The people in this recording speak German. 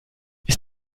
ist